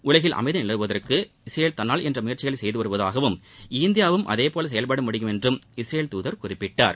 உலகில் அமைதி நிலவுவதற்கு இஸ்ரேல் தன்னால் இயன்ற முயற்சிகளை செய்து வருவதாகவும் இந்தியாவும் அதுபோல செயல்பட முடியும் என்றும் இஸ்ரேல் துதர் குறிப்பிட்டார்